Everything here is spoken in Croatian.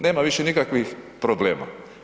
Nema više nikakvih problema.